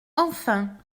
enfin